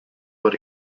what